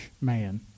man